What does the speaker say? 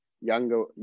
younger